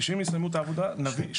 אנחנו